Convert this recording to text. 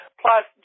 plus